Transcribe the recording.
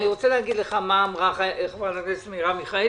אני רוצה להגיד לך מה אמרה חברת הכנסת מרב מיכאלי,